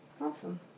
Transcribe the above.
Awesome